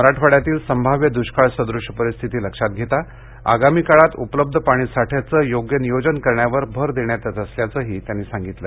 मराठवाड्यातील संभाव्य दृष्काळ सदृष्य परिस्थिती लक्षात घेता आगामी काळात उपलब्ध पाणीसाठ्याचं योग्य नियोजन करण्यावर भर देण्यात येत असल्याचंही त्यांनी सांगितलं